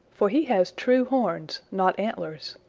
for he has true horns, not antlers.